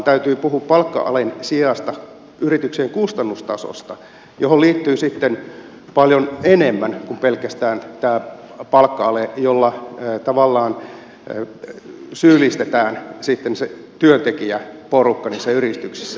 täytyy puhua palkka alen sijasta yrityksen kustannustasosta johon liittyy sitten paljon enemmän kuin pelkästään tämä palkka ale jolla tavallaan syyllistetään sitten se työntekijäporukka niissä yrityksissä